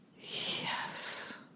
Yes